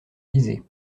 lisez